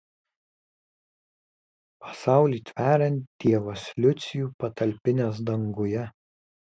pasaulį tveriant dievas liucių patalpinęs danguje